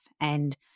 and-